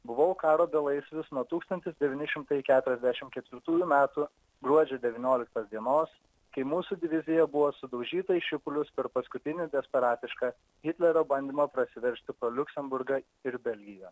buvau karo belaisvis nuo tūkstantis devyni šimtai keturiasdešim ketvirtųjų metų gruodžio devynioliktos dienos kai mūsų divizija buvo sudaužyta į šipulius per paskutinį desperatišką hitlerio bandymą prasiveržti pro liuksemburgą ir belgiją